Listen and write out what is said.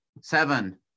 seven